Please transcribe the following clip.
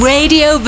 Radio